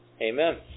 Amen